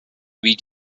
wie